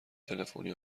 تلفنی